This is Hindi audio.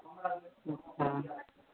अच्छा